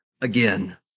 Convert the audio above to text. again